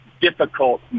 difficult